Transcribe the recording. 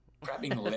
grabbing